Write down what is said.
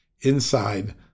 inside